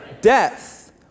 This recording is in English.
Death